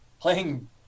playing